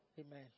Amen